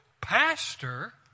pastor